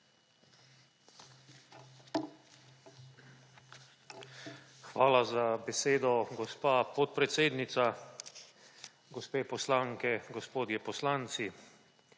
Hvala za besedo, gospa podpredsednica. Gospe poslanke, gospodje poslanci!